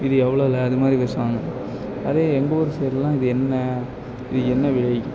இது எவ்வளோல அது மாதிரி பேசுவாங்க அதே எங்கள் ஊர் சைடிலலாம் இது என்ன இது என்ன விலை